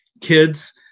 kids